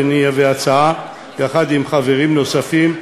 ונביא הצעה יחד עם חברים נוספים,